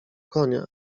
konia